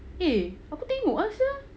eh aku tengok ah sia